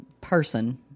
person